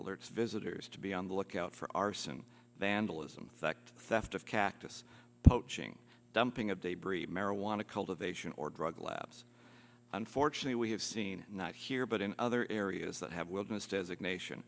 alerts visitors to be on the lookout for arson vandalism sect theft of cactus poaching dumping of they breed marijuana cultivation or drug labs unfortunately we have seen not here but in other areas that have wilderness designation